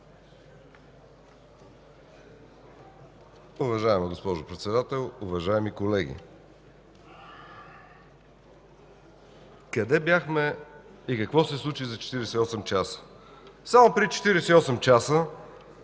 Уважаема госпожо Председател, уважаеми колеги! Къде бяхме и какво се случи за 48 часа?! Само преди 48 часа